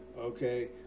okay